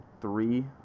three